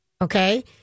okay